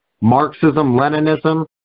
Marxism-Leninism